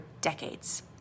decades